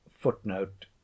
Footnote